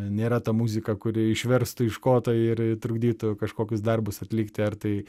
nėra ta muzika kuri išverstų iš koto ir trukdytų kažkokius darbus atlikti ar tai